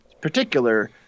particular